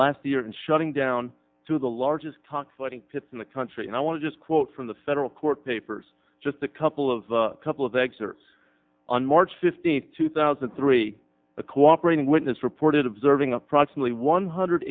last year in shutting down to the largest cock fighting pits in the country and i want to just quote from the federal court papers just a couple of a couple of eggs or on march fifteenth two thousand and three a cooperating witness reported observing approximately one hundred